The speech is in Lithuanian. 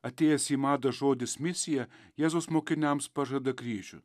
atėjęs į madą žodis misija jėzus mokiniams pažada kryžių